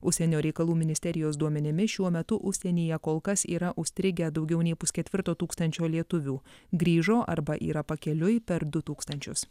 užsienio reikalų ministerijos duomenimis šiuo metu užsienyje kol kas yra užstrigę daugiau nei pusketvirto tūkstančio lietuvių grįžo arba yra pakeliui per du tūkstančius